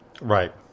Right